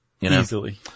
Easily